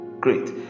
great